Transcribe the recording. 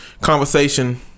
Conversation